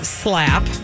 slap